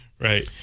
Right